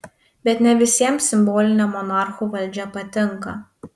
bet ne visiems simbolinė monarchų valdžia patinka